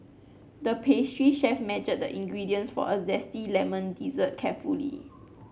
the pastry chef measured the ingredients for a zesty lemon dessert carefully